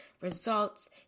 results